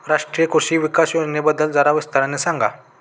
राष्ट्रीय कृषि विकास योजनेबद्दल जरा विस्ताराने सांगा